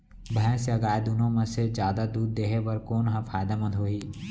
भैंस या गाय दुनो म से जादा दूध देहे बर कोन ह फायदामंद होही?